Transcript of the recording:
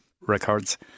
records